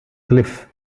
cliff